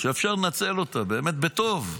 שאפשר לנצל אותה באמת בטוב,